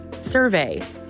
survey